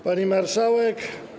Pani Marszałek!